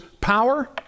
power